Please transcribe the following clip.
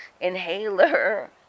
inhaler